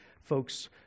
folks